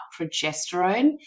progesterone